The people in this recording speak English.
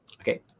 Okay